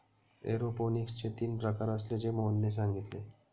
एरोपोनिक्सचे तीन प्रकार असल्याचे मोहनने सांगितले